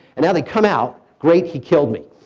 and now they come out, great, he killed me.